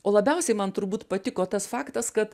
o labiausiai man turbūt patiko tas faktas kad